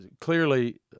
clearly